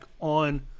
on